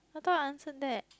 I thought I answer that